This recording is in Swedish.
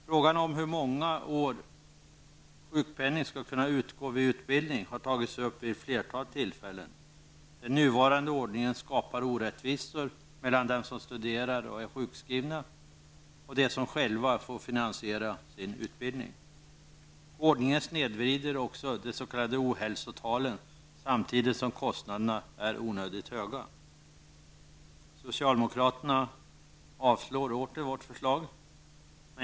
Frågan om hur många år sjukpenning skall kunna utgå vid utbildning har tagits upp vid ett flertal tillfällen. Den nuvarande ordningen skapar orättvisor mellan dem som studerar och är sjukskrivna och dem som själva får finansiera sin utbildning. Ordningen snedvrider också de s.k. ohälsotalen samtidigt som kostnaderna är onödigt höga. Socialdemokraterna avstyrker åter vårt förslag.